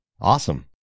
awesome